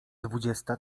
dwudziesta